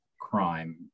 crime